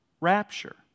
rapture